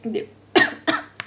th~